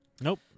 Nope